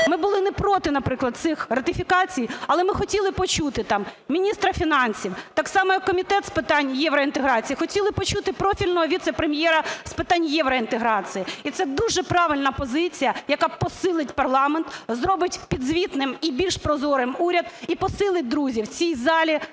Ми були не проти, наприклад, цих ратифікацій, але ми хотіли почути там міністра фінансів так само, як Комітет з питань євроінтеграції, хотіли почути профільного віце-прем'єра з питань євроінтеграції. І це дуже правильна позиція, яка посилить парламент, зробить підзвітним і більш прозорим уряд, і посилить, друзі, в цій залі,